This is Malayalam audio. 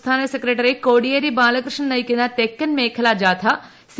സംസ്ഥാന സെക്രട്ടറി കൊടിയേരി ബാലകൃഷ്ണൻ നയിക്കുന്ന തെക്കൻ മേഖലാ ജാഥ സി